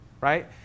right